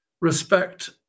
respect